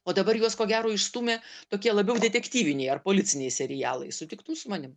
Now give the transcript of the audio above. o dabar juos ko gero išstūmė tokie labiau detektyviniai ar policiniai serialai sutiktum su manim